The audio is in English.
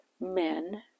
men